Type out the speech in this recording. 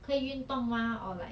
可以运动 mah or like